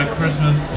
Christmas